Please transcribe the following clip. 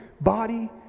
body